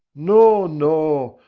no, no!